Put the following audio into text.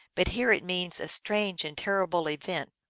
but here it means a strange and terrible event.